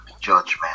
judgment